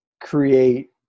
create